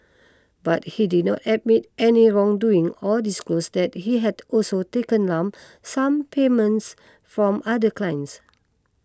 but he did not admit any wrongdoing or disclose that he had also taken lump sum payments from other clients